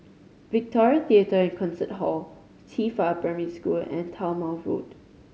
Victoria Theatre and Concert Hall Qifa Primary School and Talma Road